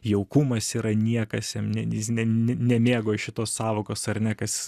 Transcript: jaukumas yra niekas jam ne jis ne nemėgo šitos sąvokos ar ne kas